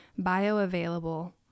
bioavailable